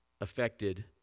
affected